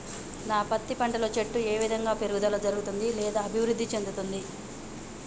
నా పత్తి పంట లో చెట్టు ఏ విధంగా పెరుగుదల జరుగుతుంది లేదా అభివృద్ధి చెందుతుంది?